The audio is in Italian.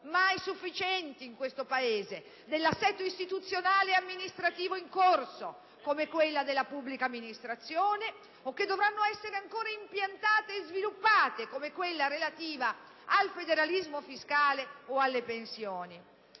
mai sufficienti in questo Paese - dell'assetto istituzionale ed amministrativo in corso, come quella della pubblica amministrazione o che dovranno essere impiantate e sviluppate, come quella relativa al federalismo fiscale o alle pensioni.